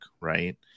right